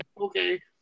Okay